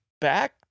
back